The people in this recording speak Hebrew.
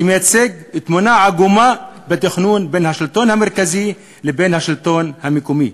שמציג תמונה עגומה בתכנון בין השלטון המרכזי לבין השלטון המקומי.